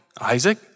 Isaac